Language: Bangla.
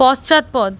পশ্চাৎপদ